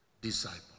disciple